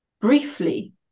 briefly